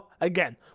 again